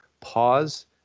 pause